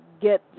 get